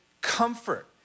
comfort